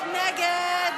נגד?